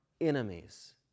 enemies